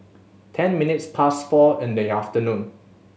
ten minutes past four in the afternoon